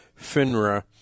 FINRA